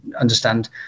understand